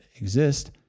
exist